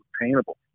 attainable